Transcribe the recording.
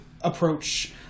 approach